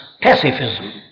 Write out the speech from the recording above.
pacifism